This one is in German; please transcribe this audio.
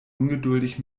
ungeduldig